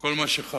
כל מה שחלש,